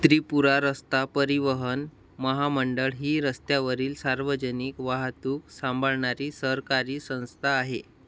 त्रिपुरा रस्ता परिवहन महामंडळ ही रस्त्यावरील सार्वजनिक वाहतूक सांभाळणारी सरकारी संस्था आहे